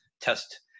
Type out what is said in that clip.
test